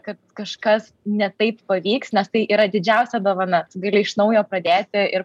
kad kažkas ne taip pavyks nes tai yra didžiausia dovana tu gali iš naujo pradėti ir